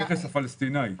המכס הפלסטיני.